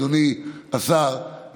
אדוני השר,